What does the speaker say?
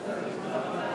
להעביר